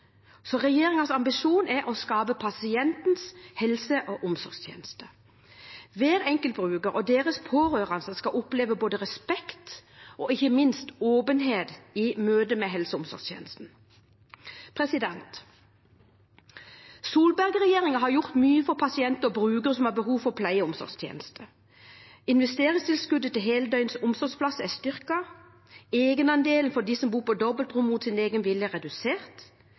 ambisjon er å skape pasientens helse- og omsorgstjeneste. Hver enkelt bruker og deres pårørende skal oppleve både respekt og ikke minst åpenhet i møte med helse- og omsorgstjenesten. Solberg-regjeringen har gjort mye for pasienter og brukere som har behov for pleie- og omsorgstjenester. Investeringstilskuddet til heldøgns omsorgsplasser er styrket. Egenandelen for dem som bor på dobbeltrom mot sin egen vilje, er redusert.